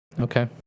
Okay